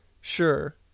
sure